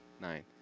Nine